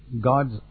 God's